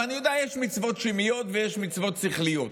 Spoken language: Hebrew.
ואני יודע שיש מצוות שמעיות ויש מצוות שכליות,